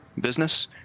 business